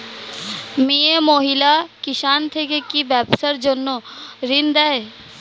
মিয়ে মহিলা কিষান থেকে কি ব্যবসার জন্য ঋন দেয়?